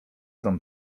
tam